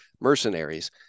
mercenaries